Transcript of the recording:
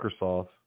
Microsoft